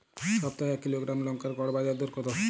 সপ্তাহে এক কিলোগ্রাম লঙ্কার গড় বাজার দর কতো?